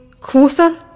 Closer